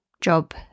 job